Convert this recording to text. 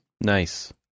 Nice